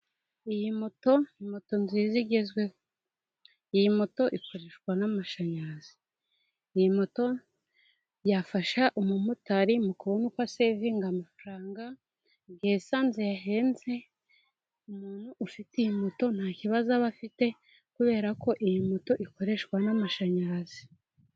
Iyi moto ni moto nziza igezweho, iyi moto ikoreshwa n'amashanyarazi, ni moto yafasha umumotari mu kubona uko asevinga ngo amafaranga igihe, esanse yahenze, umuntu ufite iyi moto nta kibazo aba afite, kubera ko iyi moto ikoreshwa n'amashanyarazi.